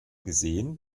gesehen